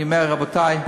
אני אומר, רבותי,